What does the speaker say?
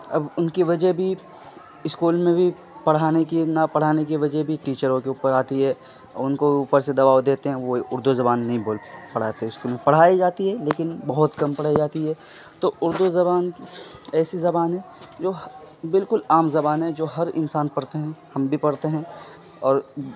اب ان کی وجہ بھی اسکول میں بھی پڑھانے کی نہ پڑھانے کی وجہ بھی ٹیچروں کے اوپر آتی ہے اور ان کو اوپر سے دباؤ دیتے ہیں وہ اردو زبان نہیں بول پڑھاتے اسکول میں پڑھائی جاتی ہے لیکن بہت کم پڑھائی جاتی ہے تو اردو زبان ایسی زبان ہیں جو بالکل عام زبان ہے جو ہر انسان پڑھتے ہیں ہم بھی پرھتے ہیں اور